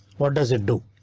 what does it do?